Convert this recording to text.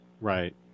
Right